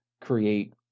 create